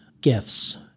gifts